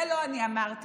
זה לא אני אמרתי,